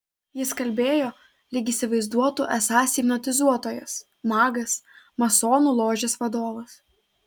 jis kalbėjo lyg įsivaizduotų esąs hipnotizuotojas magas masonų ložės vadovas